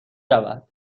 رود